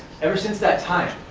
ever since that time,